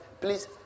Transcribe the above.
please